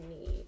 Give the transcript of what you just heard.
need